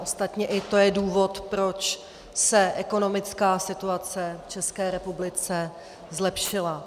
Ostatně i to je důvod, proč se ekonomická situace v České republice zlepšila.